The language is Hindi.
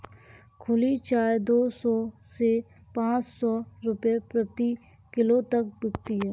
खुली चाय दो सौ से पांच सौ रूपये प्रति किलो तक बिकती है